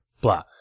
blah